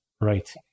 Right